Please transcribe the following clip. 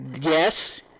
Yes